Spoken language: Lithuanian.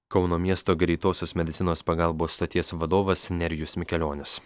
kauno miesto greitosios medicinos pagalbos stoties vadovas nerijus mikelionis